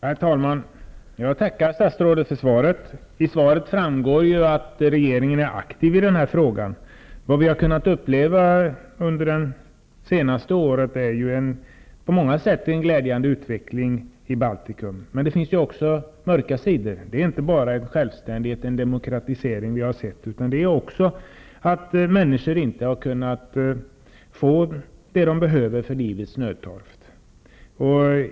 Herr talman! Jag tackar statsrådet för svaret. I svaret framgår att regeringen är aktiv i frågan. Vi har under det senaste året upplevt en på många sätt glädjande utveckling i Baltikum. Men det finns också mörka sidor. Det är inte bara en självständighet och demokratisering som vi har fått se. Det har också handlat om att människor inte har haft till gång till sådant som behövs för livets nödtorft.